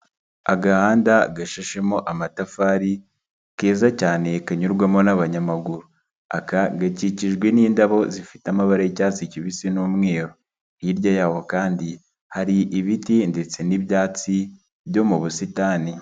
Agahanda gashashemo amatafari, keza cyane kanyurwamo n'abanyamaguru, aka gakikijwe n'indabo zifite amabara y'icyatsi kibisi n'umweru, hirya y'aho kandi hari ibiti ndetse n'ibyatsi byo mu busitani.